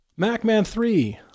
MacMan3